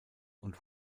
und